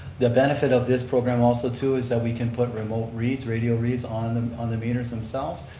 the benefit of this program also too, is that we can put remote reads, radio reads on um on the meters themselves,